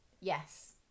yes